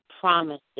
promises